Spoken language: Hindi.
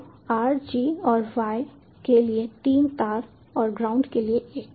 तो r g और y के लिए तीन तार और ग्राउंड के लिए एक